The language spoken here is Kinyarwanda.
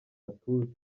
igituza